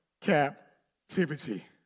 captivity